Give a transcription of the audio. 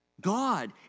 God